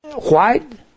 white